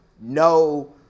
no